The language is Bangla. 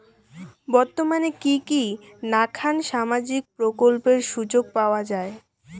বর্তমানে কি কি নাখান সামাজিক প্রকল্পের সুযোগ পাওয়া যায়?